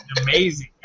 Amazing